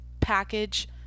package